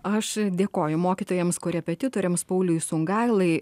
aš dėkoju mokytojams korepetitoriams pauliui sungailai